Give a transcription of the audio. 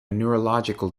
neurological